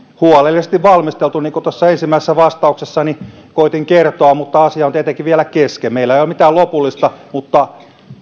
huolellisesti valmistelleet niin kuin tuossa ensimmäisessä vastauksessani koetin kertoa mutta asia on tietenkin vielä kesken ja meillä ei ole mitään lopullista mutta